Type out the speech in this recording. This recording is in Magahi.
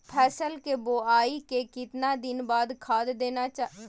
फसल के बोआई के कितना दिन बाद खाद देना चाइए?